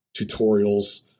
tutorials